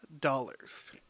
dollars